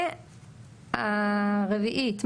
הרביעית,